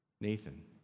Nathan